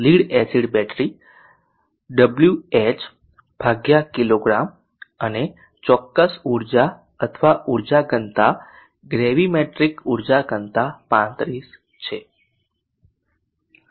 lead acid battery WH કિગ્રા અને ચોક્કસ ઊર્જા અથવા ઉર્જા ઘનતા ગ્રેવીમેટ્રિક ઉર્જા ઘનતા 35 છે